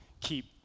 keep